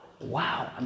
wow